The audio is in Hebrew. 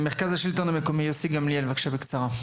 מרכז השלטון המקומי, יוסי גמליאל, בבקשה בקצרה.